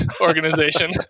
organization